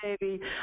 baby